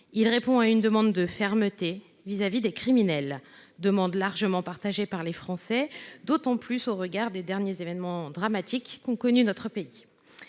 Cela répond à une demande de fermeté vis à vis des criminels. Cette demande largement partagée par les Français, à plus raison au regard des derniers événements dramatiques qu’a connus notre pays.